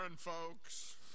folks